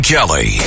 Kelly